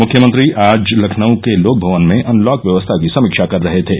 मुख्यमंत्री आज लखनऊ के लोकभवन में अनलाक व्यवस्था की समीक्षा कर रहे थे